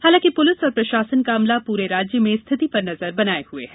हालांकि पुलिस और प्रशासन का अमला पूरे राज्य में स्थिति पर नजर बनाये हुए है